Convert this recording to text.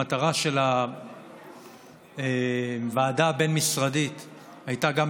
המטרה של הוועדה הבין-משרדית הייתה גם